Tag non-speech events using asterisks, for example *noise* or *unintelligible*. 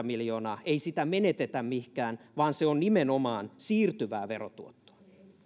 *unintelligible* miljoonaa ei menetetä mihinkään vaan se on nimenomaan siirtyvää verotuottoa